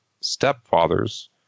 stepfather's